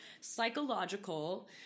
psychological